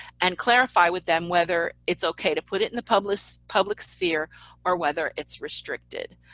and clarify with them whether it's okay to put it in the public public sphere or whether it's restricted.